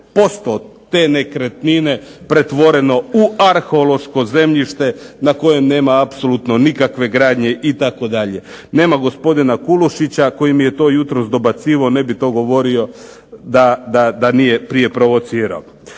50% te nekretnine pretvoreno u arheološko zemljište na kojem nema apsolutno nikakve gradnje itd. Nema gospodina Kulušića koji mi je to jutros dobacivao, ne bi to govorio da nije prije provocirao.